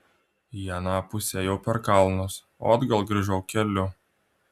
į aną pusę ėjau per kalnus o atgal grįžau keliu